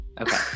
Okay